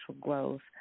growth